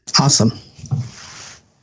Awesome